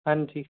ਹਾਂਜੀ